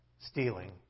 stealing